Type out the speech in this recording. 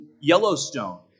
Yellowstone